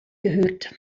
gehört